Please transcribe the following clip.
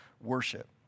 worship